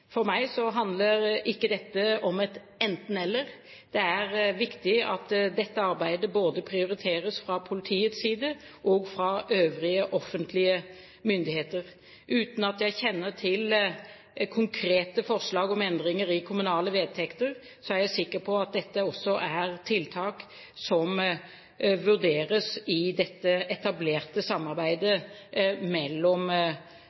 For meg handler ikke dette om et enten–eller, det er viktig at dette arbeidet prioriteres både av politiet og øvrige offentlige myndigheter. Uten at jeg kjenner til konkrete forslag om endringer i kommunale vedtekter, er jeg sikker på at dette også er tiltak som vurderes i dette etablerte